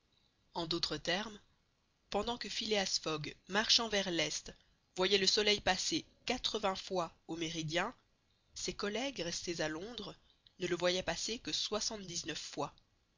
en d'autres termes pendant que phileas fogg marchant vers l'est voyait le soleil passer quatre-vingts fois au méridien ses collègues restés à londres ne le voyaient passer que soixante-dix-neuf fois